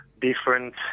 different